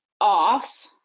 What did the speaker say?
off